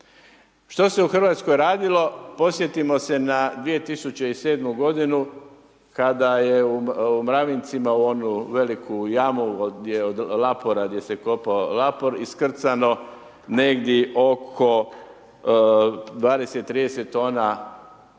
Što se u Hrvatskoj radilo? Podsjetimo se na 2007. godinu kada je u Mravincima u onu veliku jamu od lapora gdje se kopao lapor iskrcano negdje oko 20, 30 tona